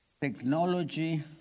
Technology